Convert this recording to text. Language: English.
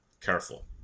careful